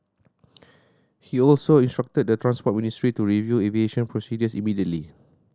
he also instructed the Transport Ministry to review aviation procedures immediately